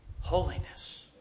Holiness